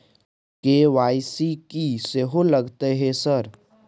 KYC की सेहो लगतै है सर?